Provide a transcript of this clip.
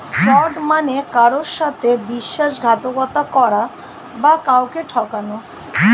fraud মানে কারুর সাথে বিশ্বাসঘাতকতা করা বা কাউকে ঠকানো